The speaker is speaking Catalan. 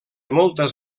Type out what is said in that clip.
moltes